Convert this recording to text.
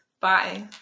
Bye